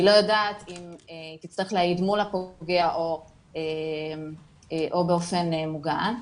היא לא יודעת אם היא תצטרך להעיד מול הפוגע או באופן מוגן,